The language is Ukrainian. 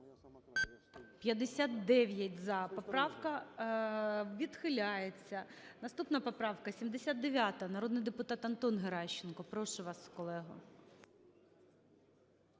За-59 Поправка відхиляється. Наступна поправка 79, народний депутат Антон Геращенко. Прошу вас, колего.